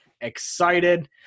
excited